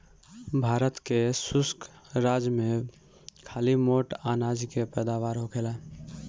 भारत के शुष्क राज में खाली मोट अनाज के पैदावार होखेला